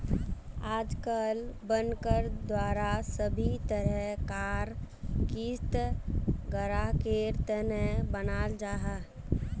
आजकल बनकर द्वारा सभी तरह कार क़िस्त ग्राहकेर तने बनाल जाहा